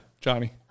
Johnny